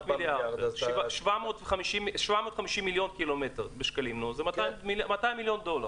-- 750 מיליון ק"מ בשקלים זה 200 מיליון דולר.